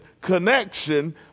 connection